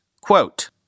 Quote